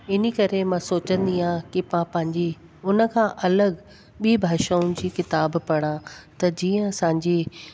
इन करे मां सोचंदी आं कि पा पंहिंजी हुन खां अलॻि ॿी भाषाउनि जी किताब पढ़ां त जीअं असांजी